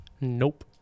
Nope